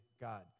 God